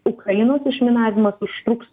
ukrainos išminavimas užtruks